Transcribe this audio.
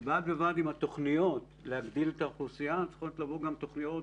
שבד בבד עם התוכניות להגדיל אוכלוסייה צריכות גם לבוא תוכניות